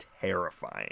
terrifying